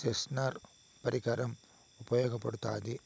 censor పరికరం ఉపయోగపడుతాది